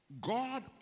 God